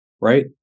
right